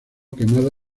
quemada